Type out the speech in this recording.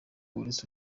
uretse